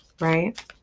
right